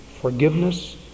forgiveness